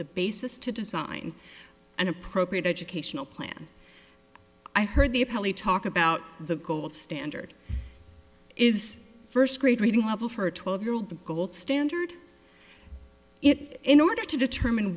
the basis to design an appropriate educational plan i heard the appellee talk about the gold standard is first grade reading level for a twelve year old the gold standard it in order to determine